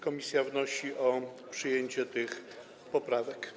Komisje wnoszą o przyjęcie tych poprawek.